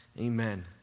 Amen